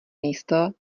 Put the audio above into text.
místo